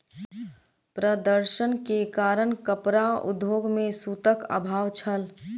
प्रदर्शन के कारण कपड़ा उद्योग में सूतक अभाव छल